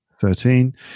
thirteen